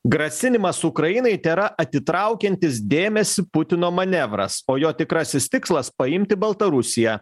grasinimas ukrainai tėra atitraukiantis dėmesį putino manevras o jo tikrasis tikslas paimti baltarusiją